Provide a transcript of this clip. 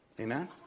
Amen